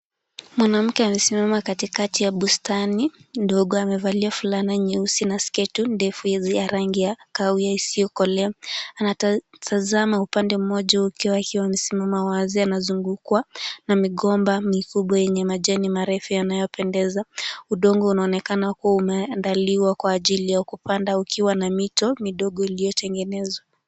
Mwanamke amesimama katikati ya bustani ndogo. Amevalia fulana nyeusi, na sketi ndefu ya rangi ya kahawia isiyokolea. Anatazama upande mmoja huku akiwa amesimama wazi. Anazungukwa na migomba mikubwa yenye majani marefu yanayopendeza, udongo unaonekana kuwa umeandaliwa kwa ajili ya kupanda ukiwa na mito midogo iliyotengenezwa.